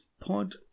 Pod